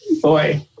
boy